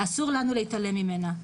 אסור לנו להתעלם ממנה.